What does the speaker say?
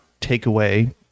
takeaway